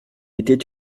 était